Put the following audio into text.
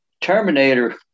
Terminator